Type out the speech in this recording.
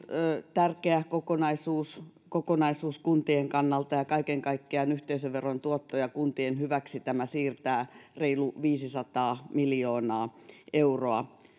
tärkeä kokonaisuus kokonaisuus kuntien kannalta ja kaiken kaikkiaan yhteisöveron tuottoja kuntien hyväksi tämä siirtää reilu viisisataa miljoonaa euroa